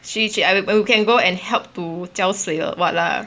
see we can go and help to 浇水 or [what] lah